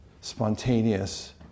spontaneous